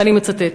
ואני מצטטת: